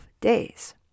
days